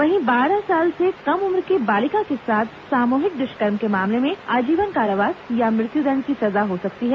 वहीं बारह साल से कम उम्र की बालिका के साथ सामूहिक दुष्कर्म के मामले में आजीवन कारावास या मृत्यु दंड की सजा हो सकती है